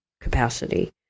capacity